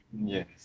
Yes